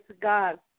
God